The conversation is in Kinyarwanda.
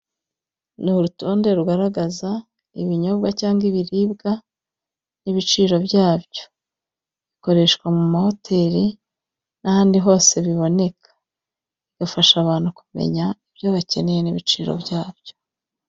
Ni urutonde rugaragaza ibinyobwa cyangwa ibiribwa n'ibiciro byabyo, bikoreshwa mu mahoteli n'ahandi hose biboneka, bigafasha abantu kumenya ibyo bakeneye n'ibiciro byabyo.